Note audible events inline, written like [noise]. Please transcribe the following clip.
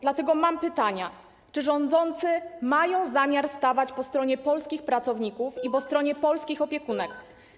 Dlatego mam pytania: Czy rządzący mają zamiar stawać po stronie polskich pracowników [noise] i po stronie polskich opiekunek?